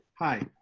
hi,